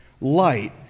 Light